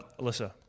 Alyssa